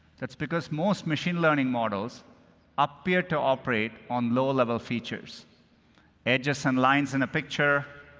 that's because most machine learning models appear to operate on low level features edges and lines in a picture,